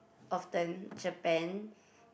often Japan